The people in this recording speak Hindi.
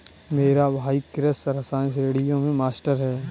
मेरा भाई कृषि रसायन श्रेणियों में मास्टर है